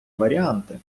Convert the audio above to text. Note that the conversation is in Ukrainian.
варіанти